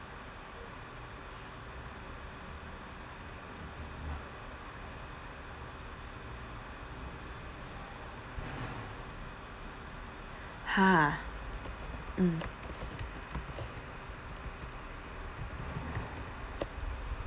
ha mm